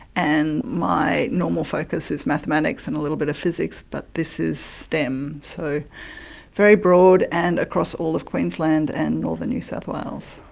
and my normal focus is mathematics and little bit of physics, but this is stem, so very broad and across all of queensland and northern new south wales.